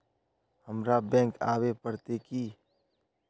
हमरा बैंक आवे पड़ते की?